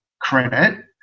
credit